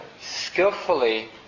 skillfully